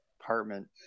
apartment